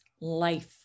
life